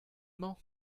mañ